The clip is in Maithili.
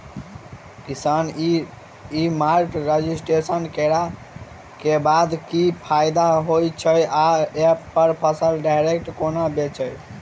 किसान ई मार्ट रजिस्ट्रेशन करै केँ बाद की फायदा होइ छै आ ऐप हम फसल डायरेक्ट केना बेचब?